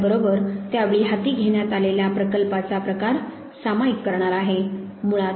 मी आपल्याबरोबर त्यावेळी हाती घेण्यात आलेल्या प्रकल्पाचा प्रकार सामायिक करणार आहे